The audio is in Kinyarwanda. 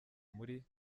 muri